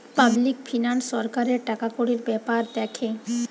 public finance সরকারের টাকাকড়ির বেপার দ্যাখে